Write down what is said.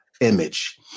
image